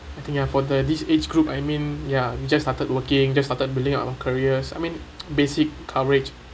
I think ah for the this age group I mean ya we just started working just started building our careers I mean basic coverage